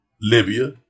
Libya